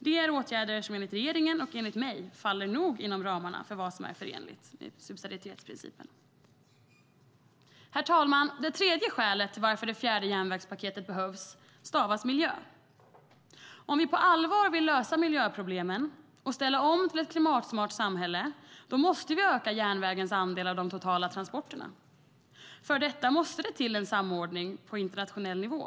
Det är åtgärder som enligt regeringen, och enligt mig, faller inom ramarna för vad som är förenligt med subsidiaritetsprincipen. Herr talman! Det tredje skälet till varför det fjärde järnvägspaketet behövs stavas miljö. Om vi på allvar vill lösa miljöproblemen och ställa om till ett klimatsmart samhälle måste vi öka järnvägens andel av de totala transporterna. För detta måste det till en samordning på internationell nivå.